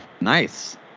Nice